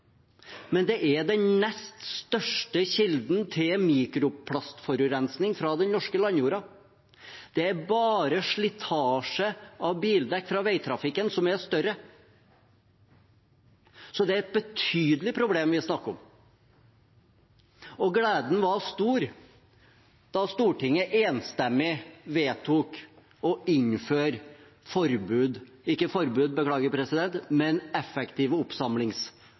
men det er den nest største kilden til mikroplastforurensning fra den norske landjorda. Det er bare slitasje av bildekk i veitrafikken som er større, så det er et betydelig problem vi snakker om. Gleden var stor da Stortinget enstemmig vedtok å innføre